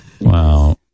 Wow